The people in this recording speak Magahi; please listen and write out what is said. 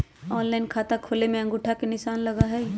ऑनलाइन खाता खोले में अंगूठा के निशान लगहई?